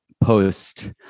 post